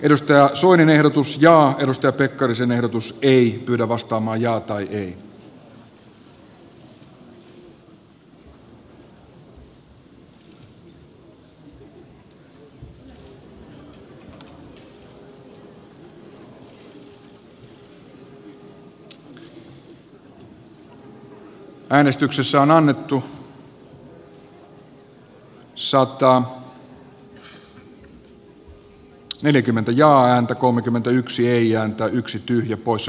edustaja suloinen ehdotus ja edustaa pekkarisen eduskunta ei hyväksy kataisen hallituksen toimia suomen vastuiden ja riskien kasvattamiseksi eurokriisissä